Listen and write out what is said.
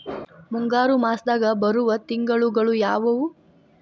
ಮುಂಗಾರು ಮಾಸದಾಗ ಬರುವ ತಿಂಗಳುಗಳ ಯಾವವು?